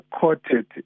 courted